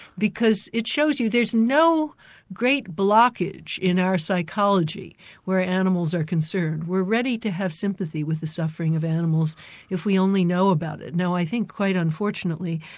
because it shows you there's no great blockage in our psychology where animals are concerned. we're ready to have sympathy with the suffering of animals if we only know about it. now i think quite unfortunately,